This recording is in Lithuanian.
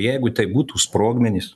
jeigu tai būtų sprogmenys